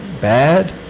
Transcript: bad